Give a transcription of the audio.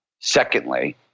secondly